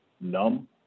numb